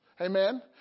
Amen